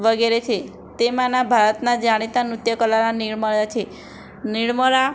વગેરે છે તેમાંના ભારતના જાણીતા નૃત્ય કલા કલારા નિર્મળા છે નિર્મળા